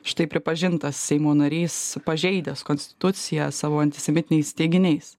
štai pripažintas seimo narys pažeidęs konstituciją savo antisemitiniais teiginiais